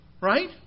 Right